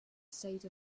state